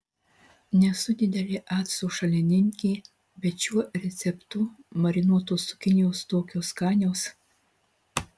nesu didelė acto šalininkė bet šiuo receptu marinuotos cukinijos tokios skanios